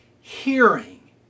hearing